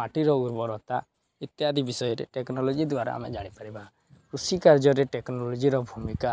ମାଟିର ଉର୍ବରତା ଇତ୍ୟାଦି ବିଷୟରେ ଟେକ୍ନୋଲୋଜି ଦ୍ୱାରା ଆମେ ଜାଣିପାରିବା କୃଷି କାର୍ଯ୍ୟରେ ଟେକ୍ନୋଲୋଜିର ଭୂମିକା